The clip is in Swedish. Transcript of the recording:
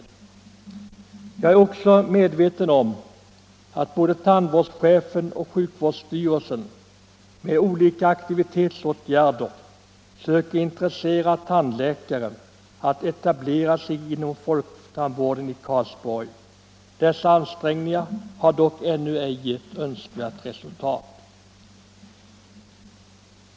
Jag är också medveten om att både tandvårdschefen och sjukvårdsstyrelsen med olika åtgärder söker intressera tandläkare för att etablera sig inom folktandvården i Karlsborg. Dessa ansträngningar har dock ännu ej gett önskvärt resultat.